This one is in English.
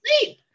sleep